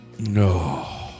No